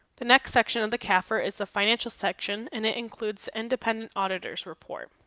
the next section of the cafr is the financial section and it includes independent auditors report.